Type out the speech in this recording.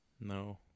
No